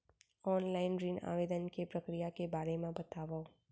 Online ऋण आवेदन के प्रक्रिया के बारे म बतावव?